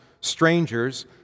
strangers